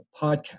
podcast